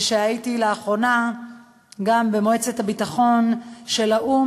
כשהייתי לאחרונה גם במועצת הביטחון של האו"ם,